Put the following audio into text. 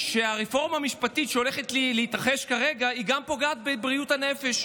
הרפורמה המשפטית שהולכת להתרחש כרגע גם פוגעת בבריאות הנפש.